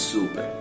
Super